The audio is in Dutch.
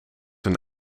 een